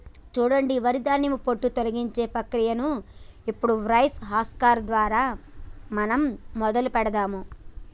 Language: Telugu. సూడండి వరి ధాన్యాల పొట్టు తొలగించే ప్రక్రియను ఇప్పుడు రైస్ హస్కర్ దారా మనం మొదలు పెడదాము